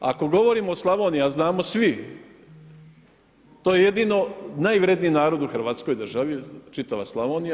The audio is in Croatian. Ako govorimo o Slavoniji a znamo svi to je jedino najvredniji narod u Hrvatskoj državi, čitava Slavonija.